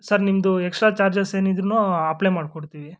sir ನಿಮ್ಮದು extra charges ಏನಿದ್ದರೂ apply ಮಾಡಿ ಕೊಡ್ತೀವಿ